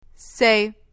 Say